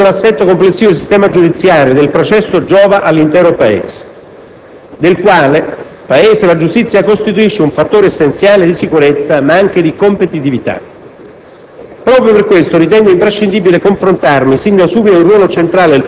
Il miglioramento dell'assetto complessivo del sistema giudiziario del processo giova all'intero Paese, del quale la giustizia costituisce un fattore essenziale di sicurezza, ma anche di competitività.